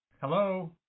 Hello